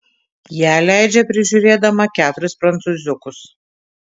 ją leidžia prižiūrėdama keturis prancūziukus